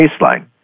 baseline